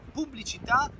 pubblicità